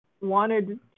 wanted